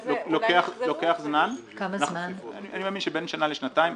זה לוקח זמן, אני מאמין שבין שנה לשנתיים.